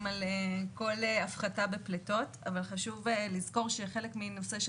על כל הפחתה בפליטות אבל חשוב לזכור שחלק מנושא של